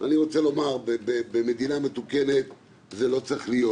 אני רוצה לומר, במדינה מתוקנת זה לא צריך להיות.